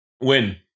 Win